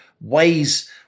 ways